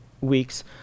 weeks